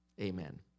Amen